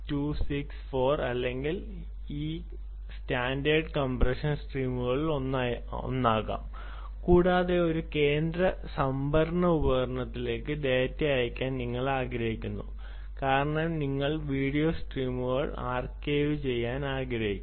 264 അല്ലെങ്കിൽ ഈ standard compression സ്കീമുകളിലൊന്നാകാം കൂടാതെ ഒരു കേന്ദ്ര സംഭരണ ഉപകരണത്തിലേക്ക് ഡാറ്റ അയയ്ക്കാൻ നിങ്ങൾ ആഗ്രഹിക്കുന്നു കാരണം നിങ്ങൾ വീഡിയോ സ്ട്രീമുകൾ ആർക്കൈവുചെയ്യാൻ ആഗ്രഹിക്കുന്നു